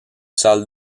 salles